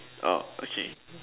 oh okay